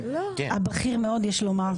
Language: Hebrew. הבכיר מאוד יש לומר.